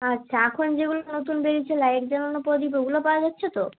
আচ্ছা এখন যেগুলো নতুন বেরিয়েছে লাইট জ্বালানো প্রদীপ ওগুলো পাওয়া যাচ্ছে তো